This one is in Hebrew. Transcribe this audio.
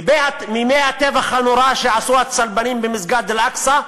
מימי הטבח הנורא שעשו הצלבנים במסגד אל-אקצא,